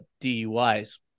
DUIs